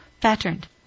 patterned